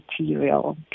material